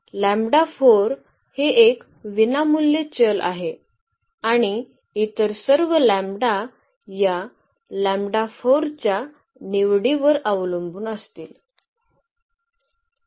हे एक विनामूल्य चल आहे आणि इतर सर्व लँबडा या च्या निवडीवर अवलंबून असतील